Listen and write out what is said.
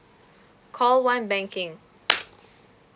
call one banking